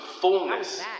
fullness